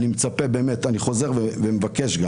אני חוזר ומבקש,